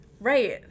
Right